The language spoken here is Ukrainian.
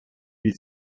від